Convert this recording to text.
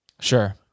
Sure